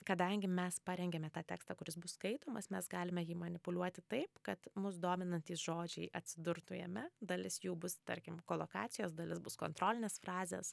kadangi mes parengiame tą tekstą kuris bus skaitomas mes galime jį manipuliuoti taip kad mus dominantys žodžiai atsidurtų jame dalis jų bus tarkim kolokacijos dalis bus kontrolinės frazės